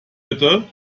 bitte